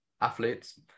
athletes